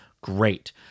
Great